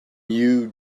you